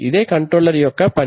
ఇదే కంట్రోల్ యొక్క పని